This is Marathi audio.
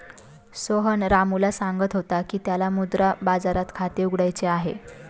सोहन रामूला सांगत होता की त्याला मुद्रा बाजारात खाते उघडायचे आहे